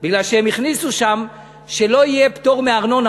בגלל שהם הכניסו שם שלא יהיה פטור מארנונה,